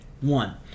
One